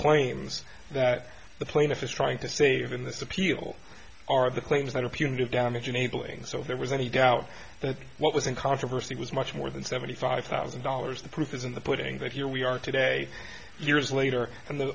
claims that the plaintiff is trying to save in this appeal are the claims that are punitive damage enabling so if there was any doubt that what was in controversy was much more than seventy five thousand dollars the proof is in the putting that here we are today years later and the